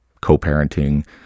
co-parenting